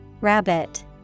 Rabbit